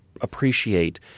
appreciate